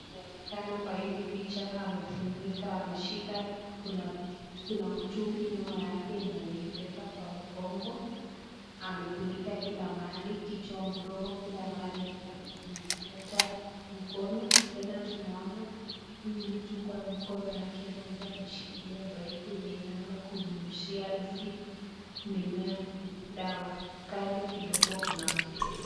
Tena inavyoonekana kwa hili picha, amefunika, ameshika, kuna mtungi nyuma yake yenye ameibeba kwa mgongo. Amefunika kila mahali, kichwa, mdomo, kila mahali. Hata hata mkono. Tena tunaona huyu mtu kwa mkono yake moja ameshikilia pipe yenye inaona kunyunyizia hizi mimea dawa. Kando kidogo kuna msitu.